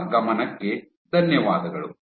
ನಿಮ್ಮ ಗಮನಕ್ಕೆ ಧನ್ಯವಾದಗಳು